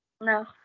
No